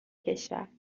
کشور